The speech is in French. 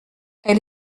elle